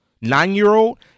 Nine-year-old